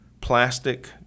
plastic